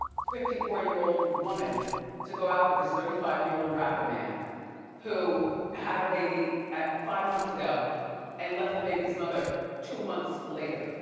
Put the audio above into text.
fifty four year old woman to go out with this thirty five year old rapper man who had a baby at five months ago and left the baby's mother two months later.